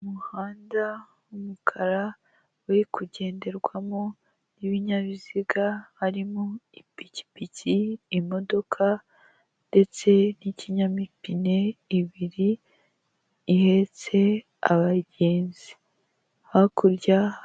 Umuhanda w'umukara, uri kugenderwamo ibinyabiziga, harimo ipikipiki, imodoka, ndetse n'ikinyamipine ibiri ihetse abagenzi, hakurya.